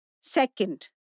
Second